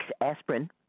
aspirin